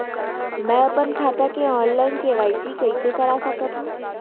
मैं अपन खाता के ऑनलाइन के.वाई.सी कइसे करा सकत हव?